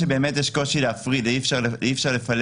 אז אולי זה לא לצורך הפקדת המשכורת,